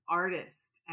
artist